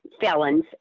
felons